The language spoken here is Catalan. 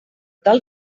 tal